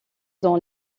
dans